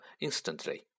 instantly